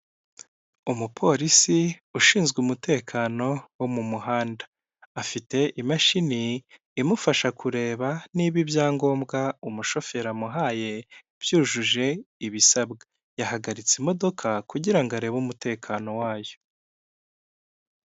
Umupolisi ushinzwe umutekano wo mu muhanda, afite imashini imufasha kureba niba ibyangombwa umushoferi amuhaye byujuje ibisabwa, yahagaritse imodoka kugira ngo arebe umutekano wayo.